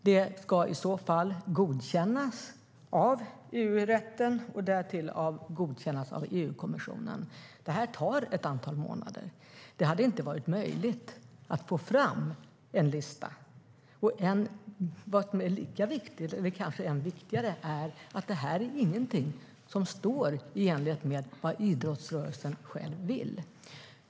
Detta ska i så fall godkännas av EU-rätten och därtill av EU-kommissionen. Det tar ett antal månader, så det hade inte varit möjligt att få fram en lista. Vad som är lika viktigt, eller kanske ännu viktigare, är att detta inte är någonting som står i enlighet med vad idrottsrörelsen själv vill.